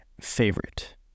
favorite